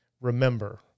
remember